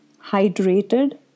hydrated